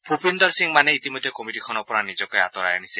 ভূপিন্দৰ সিং মানে ইতিমধ্যে কমিটিখনৰ পৰা নিজকে আঁতৰাই আনিছে